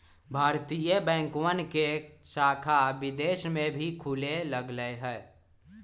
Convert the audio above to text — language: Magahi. भारतीय बैंकवन के शाखा विदेश में भी खुले लग लय है